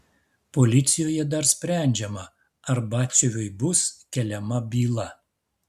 policijoje dar sprendžiama ar batsiuviui bus keliama byla